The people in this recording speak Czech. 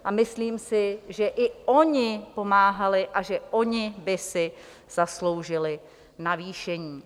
A myslím si, že i oni pomáhali a že i oni by si zasloužili navýšení.